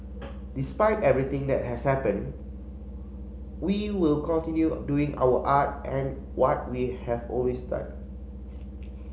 despite everything that has happened we will continue doing our art and what we have always done